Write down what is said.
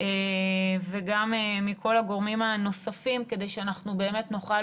וגם מכל הגורמים הנוספים כדי שאנחנו נוכל